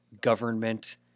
government